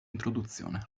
introduzione